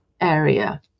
area